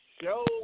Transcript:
show